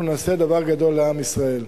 אנחנו נעשה דבר גדול לעם ישראל.